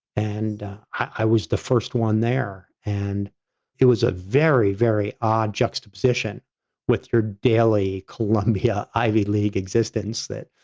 and i was the first one there, and it was a very, very odd juxtaposition with your daily columbia ivy league existence that,